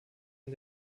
ihm